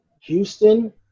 Houston